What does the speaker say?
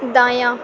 دایاں